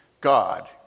God